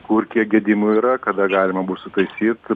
kur kiek gedimų yra kada galima bus sutaisyt